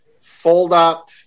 fold-up